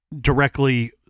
directly